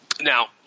Now